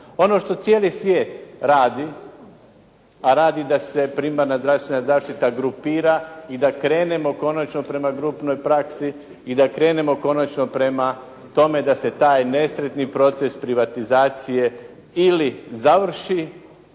Ono što cijeli svijet radi, a radi da se primarna zdravstvena zaštita grupira i da krenemo konačno prema grupnoj praksi i da krenemo konačno prema tome da se taj nesretni proces privatizacije ili završi